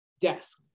desk